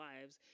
lives